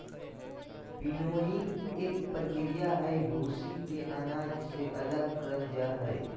winnowing एक प्रक्रिया हई, भूसी के अनाज से अलग करल जा हई